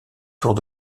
tours